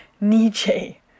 Nietzsche